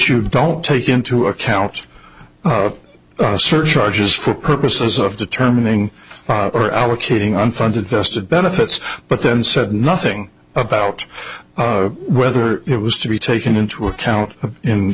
you don't take into account surcharges for purposes of determining or allocating unfunded vested benefits but then said nothing about whether it was to be taken into account in